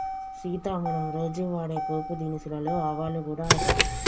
సీత మనం రోజు వాడే పోపు దినుసులలో ఆవాలు గూడ ఒకటి